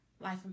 Life